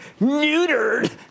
neutered